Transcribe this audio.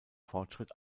fortschritt